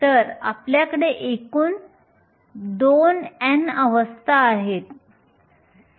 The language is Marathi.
तर आपल्याकडे एकूण 2N अवस्था आहेत